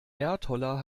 erdholler